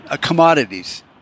commodities